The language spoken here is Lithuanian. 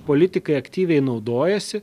politikai aktyviai naudojasi